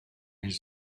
his